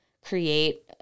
create